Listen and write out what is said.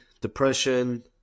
depression